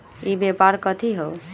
ई व्यापार कथी हव?